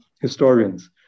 historians